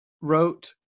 wrote